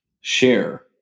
share